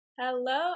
Hello